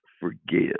forgive